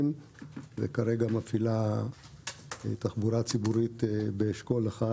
וכרגע מפעילה תחבורה ציבורית באשכול 1